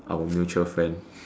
our mutual friend